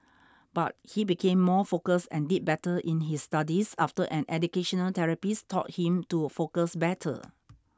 but he became more focused and did better in his studies after an educational therapist taught him to focus better